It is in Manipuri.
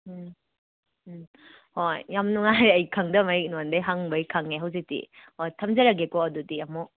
ꯎꯝ ꯎꯝ ꯍꯣꯏ ꯌꯥꯝ ꯅꯨꯉꯥꯏꯔꯦ ꯑꯩ ꯈꯪꯗꯃꯩ ꯅꯉꯣꯟꯗꯒꯤ ꯍꯪꯕꯩ ꯈꯪꯉꯦ ꯍꯧꯖꯤꯛꯇꯤ ꯍꯣ ꯊꯝꯖꯔꯒꯦꯀꯣ ꯑꯗꯨꯗꯤ ꯑꯃꯨꯛ